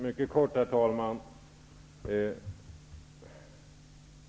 Herr talman!